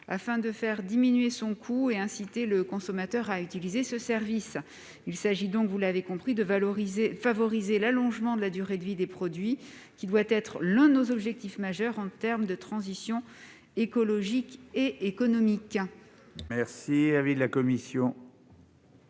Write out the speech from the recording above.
afin de faire diminuer les coûts et d'inciter le consommateur à utiliser ce service. Il s'agit de favoriser l'allongement de la durée de vie des produits, qui doit être l'un de nos objectifs majeurs en termes de transition écologique et économique. Quel est l'avis de la commission